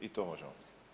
I to možemo.